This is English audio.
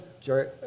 Jerry